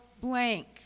blank